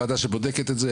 הוועדה שבודקת את זה,